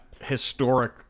historic